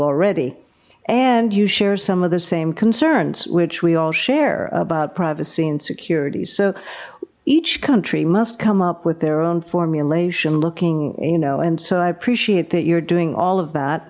already and you share some of the same concerns which we all share about privacy and security so each country must come up with their own formulation looking you know and so i appreciate that you're doing all of that